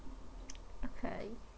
okay